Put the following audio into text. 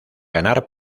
ganar